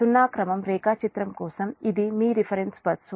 సున్నా క్రమం రేఖాచిత్రం కోసం ఇది మీ రిఫరెన్స్ బస్సు